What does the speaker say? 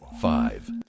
Five